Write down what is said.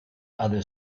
other